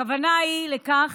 הכוונה היא לכך